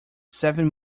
seven